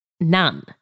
None